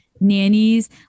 nannies